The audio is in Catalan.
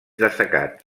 destacat